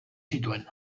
zituen